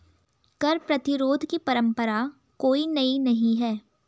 कर प्रतिरोध की परंपरा कोई नई नहीं है